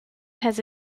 has